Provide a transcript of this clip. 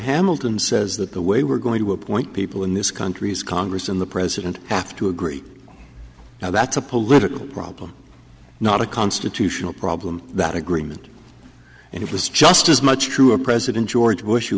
hamilton says that the way we're going to appoint people in this country is congress and the president have to agree now that's a political problem not a constitutional problem that agreement and it was just as much true of president george bush